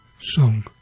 song